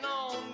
on